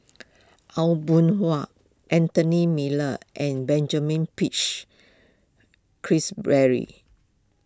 Aw Boon Haw Anthony Miller and Benjamin Peach Keasberry